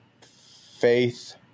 faith